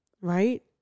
right